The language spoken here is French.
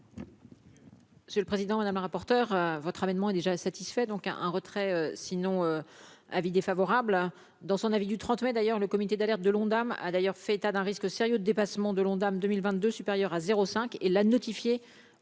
J'ai le président madame la rapporteure votre amendement est déjà satisfait donc un un retrait sinon avis défavorable dans son avis du 30 mai d'ailleurs, le comité d'alerte de l'Ondam a d'ailleurs fait état d'un risque sérieux de dépassement de l'Ondam 2022 supérieure à 0 5 et la notifié